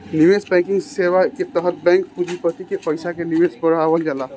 निवेश बैंकिंग सेवा के तहत बैंक पूँजीपति के पईसा के निवेश के बढ़ावल जाला